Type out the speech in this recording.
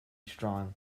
strong